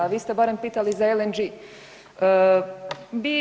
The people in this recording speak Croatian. A vi ste barem pitali za LNG-i.